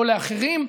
או לאחרים,